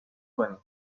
کنیم